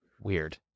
weird